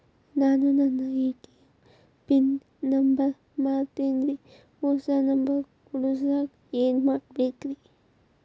ನಾನು ನನ್ನ ATM pin number ಮರ್ತೇನ್ರಿ, ಹೊಸಾ ನಂಬರ್ ಕುಡಸಾಕ್ ಏನ್ ಮಾಡ್ಬೇಕ್ರಿ?